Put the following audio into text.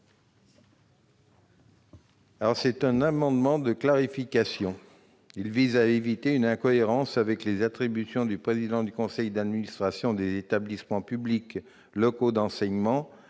Cet amendement de clarification vise à éviter une incohérence avec les attributions du président du conseil d'administration des établissements publics locaux d'enseignement